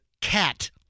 Cat